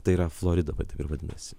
tai yra florida taip ir vadinasi